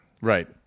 Right